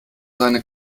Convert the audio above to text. seine